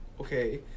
Okay